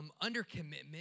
under-commitment